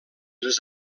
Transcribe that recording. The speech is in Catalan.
les